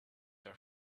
her